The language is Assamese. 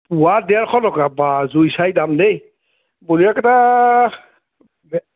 পোৱা ডেৰশ টকা বা জুই চাই দাম দেই বৰিয়লাকেইটা বে